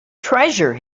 treasure